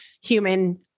human